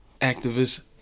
Activist